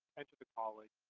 enter the college,